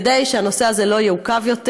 כדי שהנושא הזה לא יעוכב יותר.